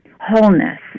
wholeness